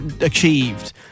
achieved